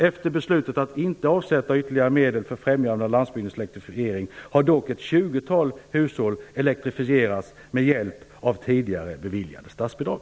Efter beslutet att inte avsätta ytterligare medel för främjande av landsbygdens elektrifiering har dock ett tjugotal hushåll elektrifierats med hjälp av tidigare beviljade statsbidrag.